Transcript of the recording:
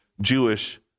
Jewish